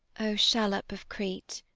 o shallop of crete,